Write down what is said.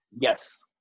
Yes